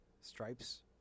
Stripes